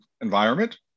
environment